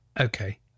okay